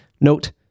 Note